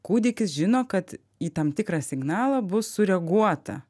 kūdikis žino kad į tam tikrą signalą bus sureaguota